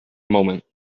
moment